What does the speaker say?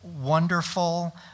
wonderful